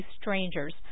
strangers